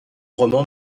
roman